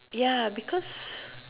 ya because